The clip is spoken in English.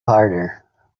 harder